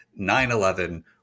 9-11